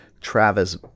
Travis